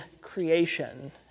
creation